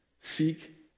Seek